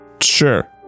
sure